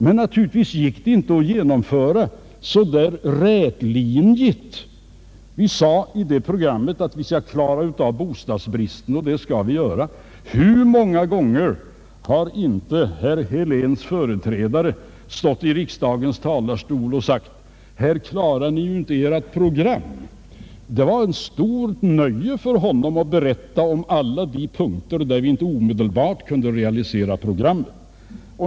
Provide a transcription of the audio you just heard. Men naturligtvis gick det inte att genomföra så där rätlinjigt. Vi sade i det programmet att vi skulle klara av bostadsbristen. Det skall vi också göra. Hur många gånger har inte herr Heléns företrädare stått i riksdagens talarstol och sagt: Här klarar ni inte ert program! Det var ett stort nöje för honom att berätta om alla de punkter där vi inte omedelbart kunde realisera programmet.